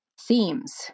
themes